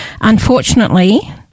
unfortunately